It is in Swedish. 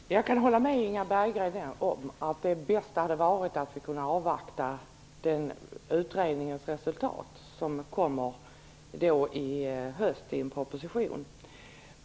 Fru talman! Jag kan hålla med Inga Berggren om att det bästa hade varit att kunna avvakta utredningens resultat som kommer i höst i en proposition.